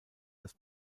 das